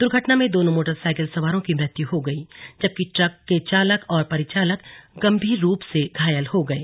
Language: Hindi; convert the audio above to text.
दुर्घटना में दोनों मोटर साइकिल सवारों की मृत्यु हो गई जबकि ट्रक के चालक और परिचालक गम्भीर रूप से घायल हो गये